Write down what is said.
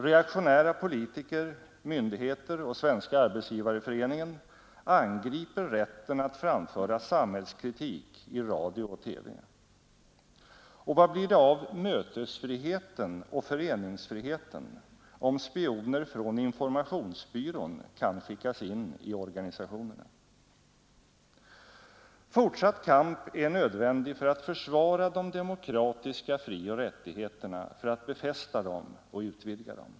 Reaktionära politiker, myndigheter och Svenska arbetsgivareföreningen angriper rätten att framföra sam hällskritik i radio och TV. Och vad blir det av mötesfriheten och föreningsfriheten om spioner från Informationsbyrån kan skickas in i organisationerna? Fortsatt kamp är nödvändig för att försvara de demokratiska frioch rättigheterna, för att befästa dem och utvidga dem.